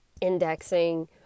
indexing